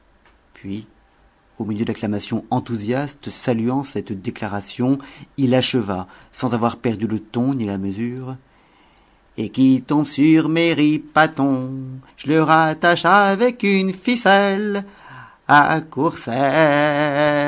puis au milieu d'acclamations enthousiastes saluant cette déclaration il acheva sans avoir perdu le ton ni la mesure et qu'y tomb su mes ripatons j'le rattache avec